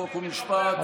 חוק ומשפט.